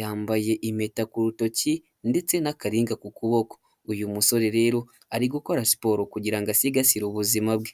yambaye impeta ku rutoki ndetse n'akaringa ku kuboko uyu musore rero ari gukora siporo kugira asigasire ubuzima bwe.